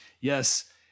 Yes